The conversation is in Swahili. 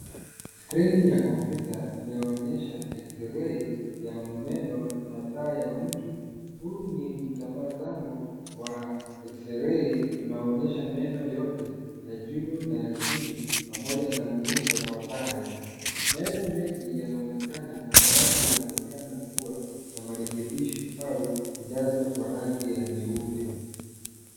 Skrini ya kompyuta, inayoonyesha X-ray ya meno na taya ya mtu. Huu ni mtamazamo wa X-ray , unaonyesha meno yote, ya juu na ya chini, pamoja na muundo wa taya. Meno mengi yanaonekana, na baadhi yanaonekana kuwa, na marekebisho, au kujazwa kwa rangi ya nyeupe.